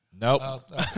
nope